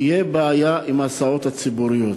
תהיה בעיה עם ההסעות הציבוריות.